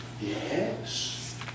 Yes